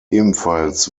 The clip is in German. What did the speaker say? ebenfalls